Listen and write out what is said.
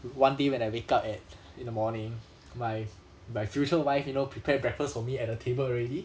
one day when I wake up at in the morning my my future wife you know prepare breakfast for me at the table already